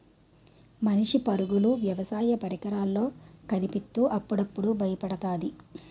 మనిషి పరుగులు వ్యవసాయ పరికరాల్లో కనిపిత్తు అప్పుడప్పుడు బయపెడతాది